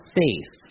faith